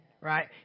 right